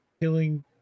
killing